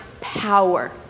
power